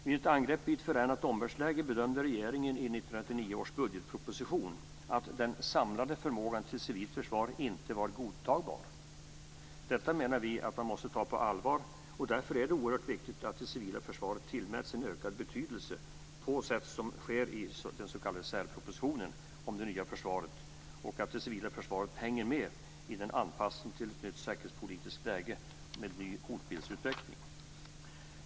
Vid ett angrepp i ett förändrat omvärldsläge bedömde regeringen i 1999 års budgetproposition att den samlade förmågan till civilt försvar inte var godtagbar. Detta menar vi att man måste ta på allvar och därför är det oerhört viktigt att det civila försvaret tillmäts en ökad betydelse på sätt som sker i den s.k. särpropositionen om det nya försvaret och att det civila försvaret hänger med i anpassningen till det nya säkerhetspolitiska läget med ny hotbildsutveckling.